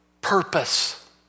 purpose